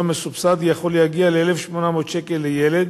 מסובסד יכולה להגיע ל-1,800 שקל לילד.